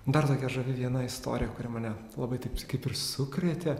dar tokia žavi viena istorija kuri mane labai taip kaip ir sukrėtė